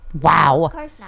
Wow